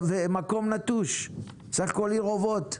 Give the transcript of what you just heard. המקום נטוש, בסך הכל עיר אובות.